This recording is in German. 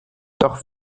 doch